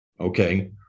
okay